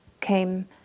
came